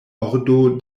ordo